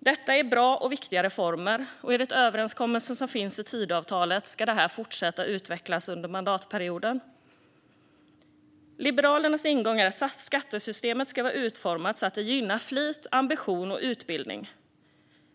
Detta är bra och viktiga reformer, och enligt överenskommelsen som finns i Tidöavtalet ska detta fortsätta utvecklas under mandatperioden. Liberalernas ingång är att skattesystemet ska vara utformat så att det gynnar flit, ambition och utbildning.